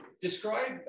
Describe